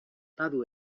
badu